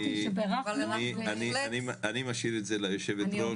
אני משאיר את זה ליושבת-ראש.